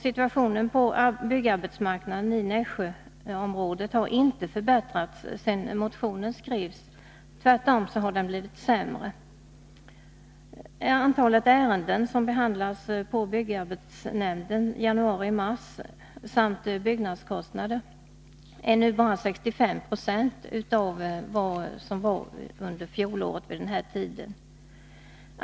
Situationen på byggarbetsmarknaden i Nässjöområdet har inte förbättrats sedan motion skrevs, den har tvärtom blivit sämre. Antalet ärenden som behandlats på byggarbetsnämnden januari-mars samt byggnadskostnaderna är nu bara 65 96 av vad som fanns under fjolåret vid denna tid.